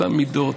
באותן מידות.